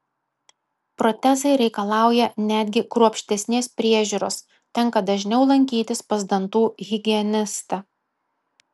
protezai reikalauja netgi kruopštesnės priežiūros tenka dažniau lankytis pas dantų higienistą